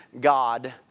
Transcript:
God